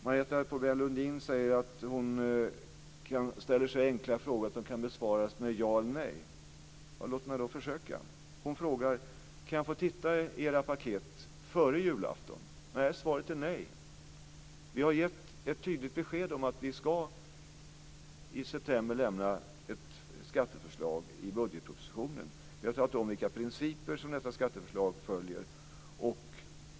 Marietta de Pourbaix-Lundin säger att hon ställer enkla frågor som kan besvaras med ja eller nej. Låt mig då försöka. Hon frågar om hon kan få titta i våra paket före julafton. Svaret är nej. Vi har gett ett tydligt besked om att vi i september ska lägga fram ett skatteförslag i budgetpropositionen. Vi har talat om vilka principer som detta skatteförslag ska följa.